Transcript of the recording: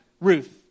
Ruth